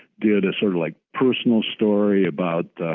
did a sort of like personal story about